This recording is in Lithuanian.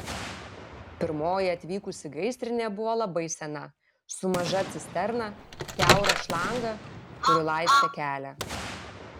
pirmoji atvykusi gaisrinė buvo labai sena su maža cisterna kiaura šlanga kuri laistė kelią